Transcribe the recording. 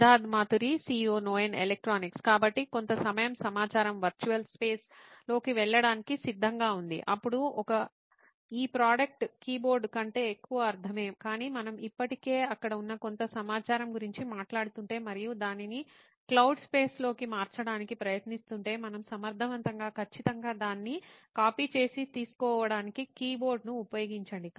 Siddharth Mathuri CEO నోయిన్ electronics కాబట్టి కొంత సమయం సమాచారం వర్చువల్ స్పేస్ లోకి వెళ్ళడానికి సిద్ధంగా ఉంది అప్పుడు ఈ ప్రోడక్ట్ కీబోర్డ్ కంటే ఎక్కువ అర్ధమే కాని మనం ఇప్పటికే అక్కడ ఉన్న కొంత సమాచారం గురించి మాట్లాడుతుంటే మరియు దానిని క్లౌడ్ స్పేస్ లోకి మార్చడానికి ప్రయత్నిస్తుంటే మనం సమర్థవంతంగా ఖచ్చితంగా దాన్ని కాపీ చేసి తీసుకోవడానికి కీబోర్డ్ను ఉపయోగించండి